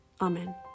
Amen